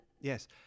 Yes